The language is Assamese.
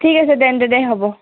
ঠিক আছে দে তেন্তে হ'ব